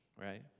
right